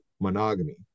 monogamy